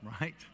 right